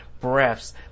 breaths